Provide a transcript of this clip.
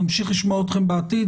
נמשיך לשמוע אתכם בעתיד,